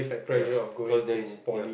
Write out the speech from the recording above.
ya because there is ya